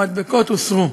המדבקות הוסרו.